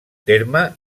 terme